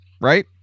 right